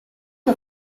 the